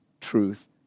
truth